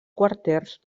quarters